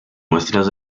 muestras